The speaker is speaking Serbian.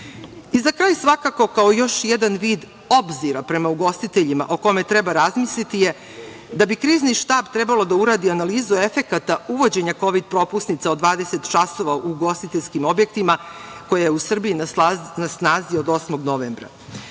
kraj svakako, kao još jedan vid obzira prema ugostiteljima, o kome treba razmisliti, je da bi Krizni štab trebalo da uradi analizu efekata uvođenja kovid propusnica od 20 časova u ugostiteljskim objektima koja je u Srbiji na snazi od 8. novembra.